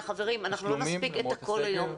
חברים, אנחנו לא נספיק את הכול היום.